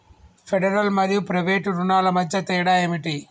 Federal మరియు private రుణాల మధ్య తేడా ఏమిటి?